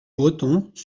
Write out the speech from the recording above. bretons